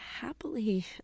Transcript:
happily